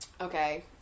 Okay